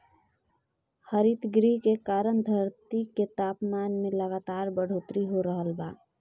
हरितगृह के कारण धरती के तापमान में लगातार बढ़ोतरी हो रहल बा